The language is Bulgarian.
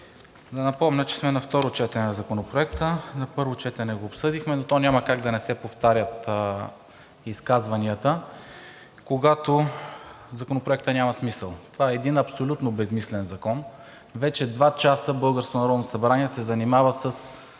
да напомня, че сме на второ четене на Законопроекта. На първо четене го обсъдихме, но то няма как да не се повтарят изказванията, когато Законопроектът няма смисъл. Това е един абсолютно безсмислен закон. Вече два часа българското